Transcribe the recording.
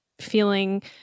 feeling